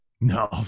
No